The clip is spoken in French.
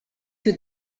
que